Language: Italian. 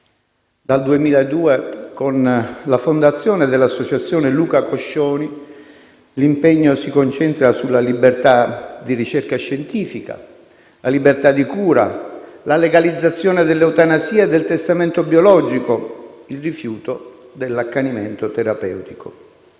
Dal 2002, con la fondazione dell'Associazione Luca Coscioni, l'impegno si concentra sulla libertà di ricerca scientifica, la libertà di cura, la legalizzazione dell'eutanasia e del testamento biologico, il rifiuto dell'accanimento terapeutico.